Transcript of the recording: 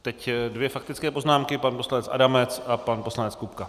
Teď dvě faktické poznámky pan poslanec Adamec a pan poslanec Kupka.